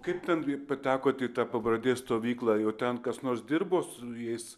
kaip ten patekot į tą pabradės stovyklą jau ten kas nors dirbo su jais